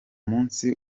munsi